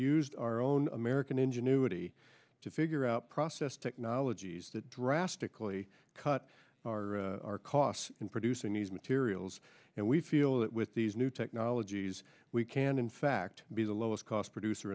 used our own american ingenuity to figure out process technologies that drastically cut our costs in producing these materials and we feel that with these new technologies we can in fact be the lowest cost producer